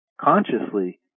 consciously